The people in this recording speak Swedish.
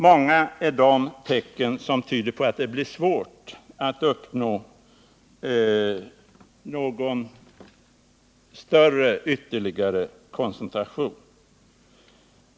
Många är de tecken som tyder på att det blir svårt att uppnå någon större ytterligare koncentration.